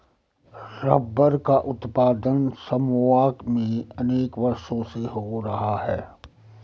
rubber का उत्पादन Samoa में अनेक वर्षों से हो रहा है